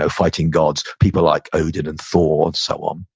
so fighting gods, people like odin and thor and so um